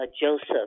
Joseph